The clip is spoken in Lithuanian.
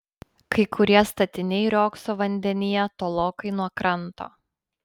kai kurie statiniai riogso vandenyje tolokai nuo kranto